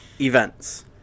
events